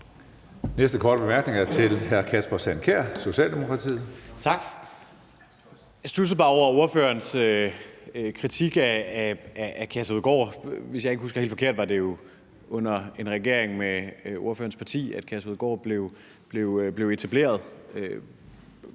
Næste korte bemærkning er til hr. Kasper Sand Kjær, Socialdemokratiet. Kl. 12:28 Kasper Sand Kjær (S): Tak. Jeg studsede bare over ordførerens kritik af Kærshovedgård. Hvis jeg ikke husker helt forkert, var det jo under en regering med ordførerens parti, Kærshovedgård blev etableret.